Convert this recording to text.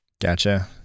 Gotcha